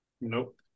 Nope